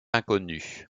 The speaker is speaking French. inconnu